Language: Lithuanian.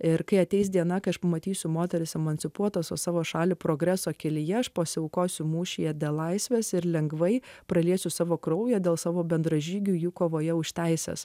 ir kai ateis diena kai aš pamatysiu moterys emancipuotos o savo šalį progreso kelyje aš pasiaukosiu mūšyje dėl laisvės ir lengvai praliesiu savo kraują dėl savo bendražygių jų kovoje už teises